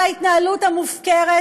על ההתנהלות המופקרת,